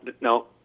no